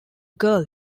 girl